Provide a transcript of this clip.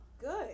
Good